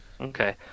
Okay